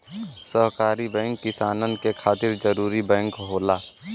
सहकारी बैंक किसानन के खातिर जरूरी बैंक होला